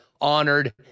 honored